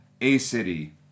A-City